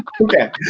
Okay